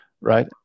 Right